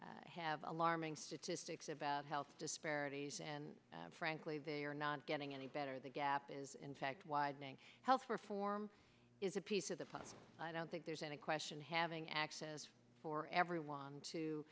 reports have alarming statistics about health disparities and frankly they are not getting any better the gap is in fact widening health reform is a piece of the problem i don't think there's any question having access for everyone to